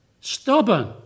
Stubborn